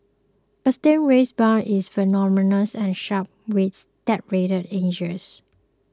a stingray's barb is venomous and sharp with serrated edges